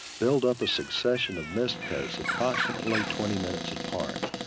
build up a succession of mist coats approximately twenty minutes apart.